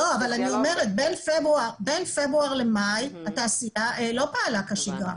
אני אומרת שבין פברואר למאי התעשייה לא פעלה כשגרה.